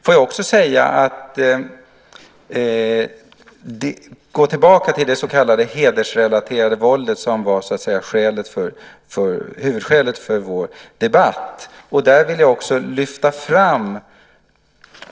Låt mig gå tillbaka till det så kallade hedersrelaterade våldet, som så att säga var huvudskälet för vår debatt.